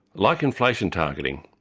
like inflation targeting,